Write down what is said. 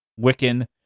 Wiccan